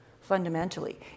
fundamentally